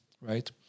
right